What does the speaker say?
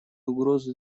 угрозу